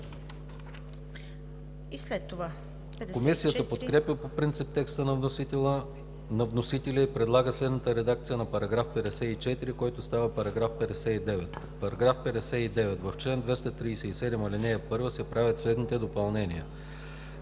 Комисията подкрепя по принцип текста на вносителя и предлага следната редакция на § 54, който става § 59: „§ 59. В чл. 237, ал. 1 се правят следните допълнения: